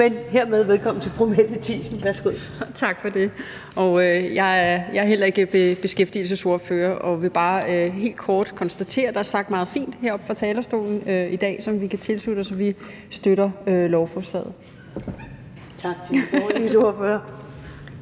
Kl. 15:56 (Ordfører) Mette Thiesen (NB): Tak for det. Jeg er heller ikke beskæftigelsesordfører og vil bare helt kort konstatere, at der er sagt noget meget fint heroppe fra talerstolen i dag, som vi kan tilslutte os, og at vi støtter lovforslaget. Kl. 15:56 Første næstformand